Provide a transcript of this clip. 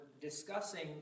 discussing